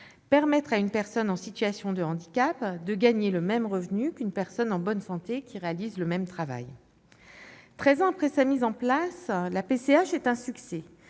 permettre à une personne en situation de handicap de gagner le même revenu qu'une personne en bonne santé qui réalise le même travail. Treize ans après sa mise en place, la PCH est un succès